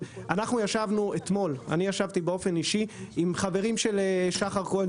ישבתי אתמול עם חברים של שחר כהן,